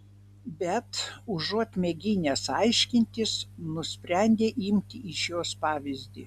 bet užuot mėginęs aiškintis nusprendė imti iš jos pavyzdį